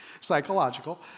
psychological